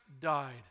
died